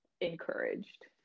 encouraged